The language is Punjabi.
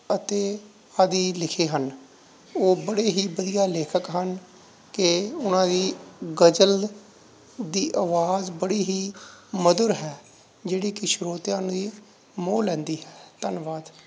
ਅਤੇ ਆਦਿ ਲਿਖੇ ਹਨ ਉਹ ਬੜੇ ਹੀ ਵਧੀਆ ਲੇਖਕ ਹਨ ਕਿ ਉਹਨਾਂ ਦੀ ਗਜ਼ਲ ਦੀ ਆਵਾਜ਼ ਬੜੀ ਹੀ ਮਧੁਰ ਹੈ ਜਿਹੜੀ ਕਿ ਸਰੋਤਿਆਂ ਲਈ ਮੋਹ ਲੈਂਦੀ ਹੈ ਧੰਨਵਾਦ